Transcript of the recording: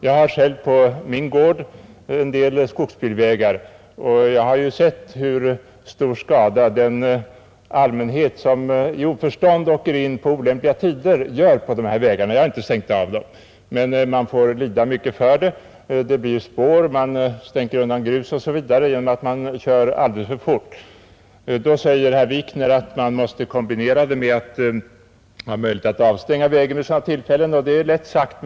Jag har på min gård en del skogsbilvägar, och jag har sett hur stor skada den allmänhet som i oförstånd åker in på olämpliga tider gör på dessa vägar. Jag har inte stängt av dem, men man får lida mycket för det. Det blir spår, bilisterna stänker undan grus genom att köra alltför fort osv. Herr Wikner säger att man bör stänga av vägarna vid sådana olämpliga tillfällen. Det är lätt sagt.